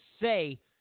say